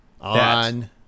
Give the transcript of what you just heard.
On